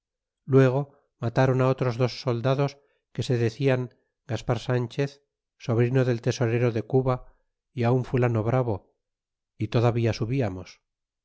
luego mataron otros dos soldados que se decían gaspar sanchez sobrino del tesorero de cuba y un fulano bravo y todavía subiamos